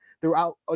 throughout